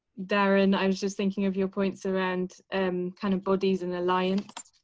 darren um just thinking of your points around um kind of bodies in alliance.